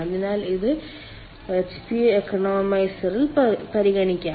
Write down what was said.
അതിനാൽ ഇത് HP economiser ൽ പരിഗണിക്കാം